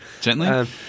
Gently